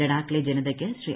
ലഡാക്കിലെ ജനതയ്ക്ക് ശ്രീ